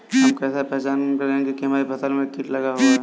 हम कैसे पहचान करेंगे की हमारी फसल में कीट लगा हुआ है?